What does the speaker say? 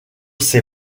ses